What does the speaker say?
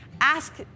ask